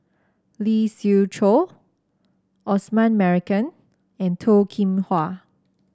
Lee Siew Choh Osman Merican and Toh Kim Hwa